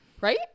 Right